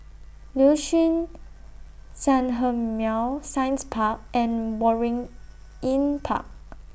Liuxun Sanhemiao Science Park and Waringin Park